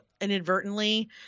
inadvertently